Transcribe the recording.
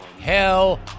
hell